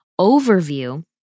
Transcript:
overview